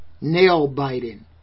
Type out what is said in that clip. Nail-biting